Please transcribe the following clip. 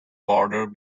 border